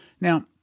Now